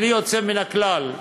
בלי יוצא מן הכלל.